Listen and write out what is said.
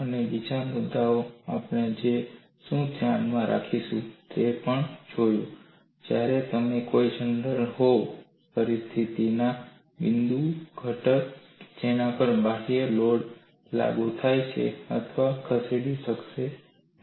અને બીજો મુદ્દો કે આપણે શું ધ્યાનમાં રાખવું પડશે તે છે જ્યારેતમે કોઈ જનરલ હોવ પરિસ્થિતિ ના બિંદુઓ ઘટક કે જેના પર બાહ્ય લોડ લાગુ થાય છે અથવા ખસેડી શકશે નહીં